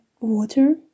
water